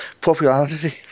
Popularity